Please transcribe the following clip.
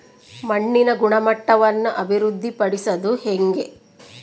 ಮಣ್ಣಿನ ಗುಣಮಟ್ಟವನ್ನು ಅಭಿವೃದ್ಧಿ ಪಡಿಸದು ಹೆಂಗೆ?